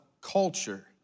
Culture